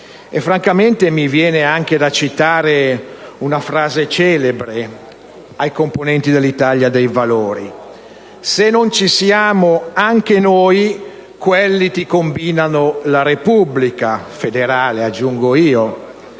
del giorno. Mi viene da citare una frase celebre ai componenti del Gruppo Italia dei Valori: se non ci siamo anche noi, quelli ti combinano la Repubblica (federale,